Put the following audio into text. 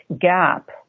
gap